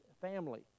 family